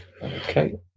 Okay